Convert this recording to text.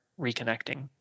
reconnecting